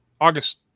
August